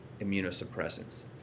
immunosuppressants